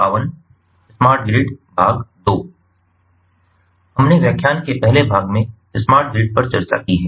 हमने व्याख्यान के पहले भाग में स्मार्ट ग्रिड पर चर्चा की है